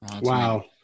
Wow